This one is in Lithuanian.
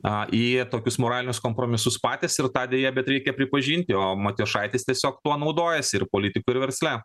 a į tokius moralinius kompromisus patys ir tą deja bet reikia pripažinti o matijošaitis tiesiog tuo naudojasi ir politikoj ir versle